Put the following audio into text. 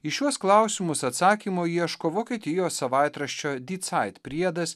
į šiuos klausimus atsakymo ieško vokietijos savaitraščio disait priedas